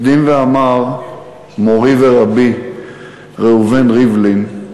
הקדים ואמר מורי ורבי ראובן ריבלין,